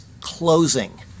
closing